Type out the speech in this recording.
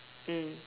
mm